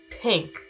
pink